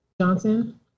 Johnson